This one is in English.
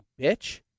bitch